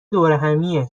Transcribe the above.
دورهمیه